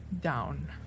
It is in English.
down